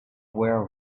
aware